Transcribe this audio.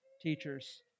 teachers